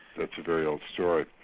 that's a very old story.